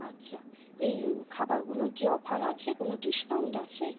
আচ্ছা এই খাবারগুলোর কি অফার আছে কোনো ডিসকাউন্ট আছে